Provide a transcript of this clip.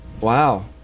Wow